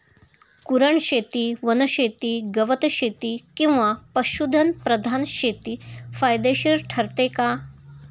कुरणशेती, वनशेती, गवतशेती किंवा पशुधन प्रधान शेती फायदेशीर ठरते का?